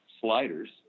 sliders